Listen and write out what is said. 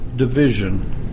division